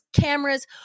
cameras